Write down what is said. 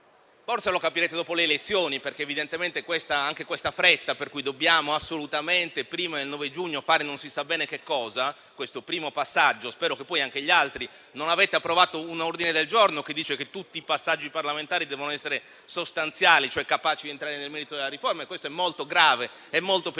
forse lo capirete dopo le elezioni, perché evidentemente è quella la ragione di questa fretta, per cui dobbiamo assolutamente, prima del 9 giugno, fare non si sa bene che cosa, compiere questo primo passaggio, ma non avete approvato un ordine del giorno che dice che tutti i passaggi parlamentari devono essere sostanziali, cioè capaci di entrare nel merito della riforma e questo è molto grave e molto pericoloso